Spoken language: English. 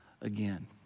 again